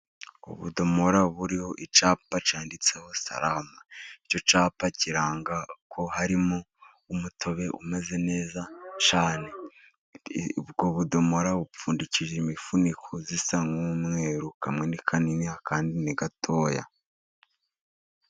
Ubudomora buriho icyapa cyanditseho salama icyo cyapa, kiranga ko harimo umutobe umeze neza cyane, ubwo budomora bupfundikije imifuniko isa n'umweru, kamwe ni kanini akandi ni gatoya.